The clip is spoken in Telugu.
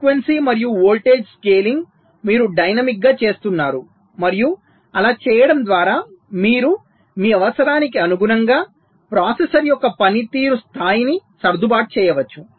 ఫ్రీక్వెన్సీ మరియు వోల్టేజ్ స్కేలింగ్ మీరు డైనమిక్గా చేస్తున్నారు మరియు అలా చేయడం ద్వారా మీరు మీ అవసరానికి అనుగుణంగా ప్రాసెసర్ యొక్క పనితీరు స్థాయిని సర్దుబాటు చేయవచ్చు